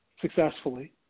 successfully